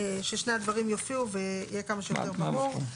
ששני הדברים יופיעו יהיה כמה שיותר ברור.